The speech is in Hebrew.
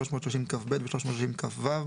330כב ו-330כו,